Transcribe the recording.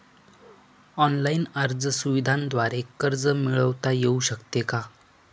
Online अर्ज सुविधांद्वारे कर्ज मिळविता येऊ शकते का?